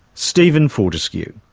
stephen fortescue.